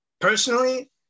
personally